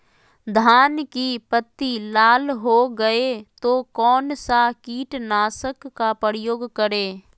धान की पत्ती लाल हो गए तो कौन सा कीटनाशक का प्रयोग करें?